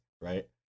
right